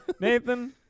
nathan